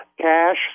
Cash